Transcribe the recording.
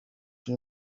nie